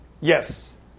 Yes